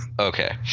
okay